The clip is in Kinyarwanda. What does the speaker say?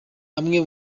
amwe